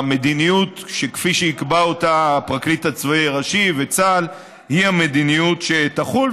המדיניות כפי שיקבע אותה הפרקליט הצבאי הראשי וצה"ל היא המדיניות שתחול.